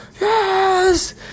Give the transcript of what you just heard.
yes